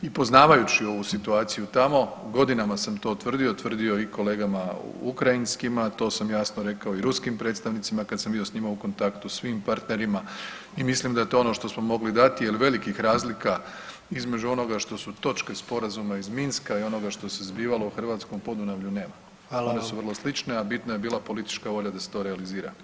I poznavajući ovu situaciju tamo godinama sam to tvrdio, tvrdio i kolegama ukrajinskima, to sam jasno rekao i ruskim predstavnicima kad sam bio s njima u kontaktu, svim partnerima i mislim da je to ono što smo mogli dati jer velikih razlika između onoga što su točke sporazuma iz Minska i onoga što se zbivalo u Hrvatskom Podunavlju nema [[Upadica: Hvala vam.]] One su vrlo slične, a bitna je bila politička volja da se to realizira.